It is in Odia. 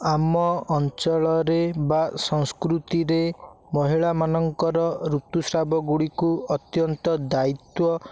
ଆମ ଅଞ୍ଚଳରେ ବା ସଂସ୍କୃତିରେ ମହିଳା ମାନଙ୍କର ଋତୁସ୍ରାବ ଗୁଡ଼ିକୁ ଅତ୍ୟନ୍ତ ଦାୟିତ୍ୱ